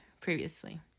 previously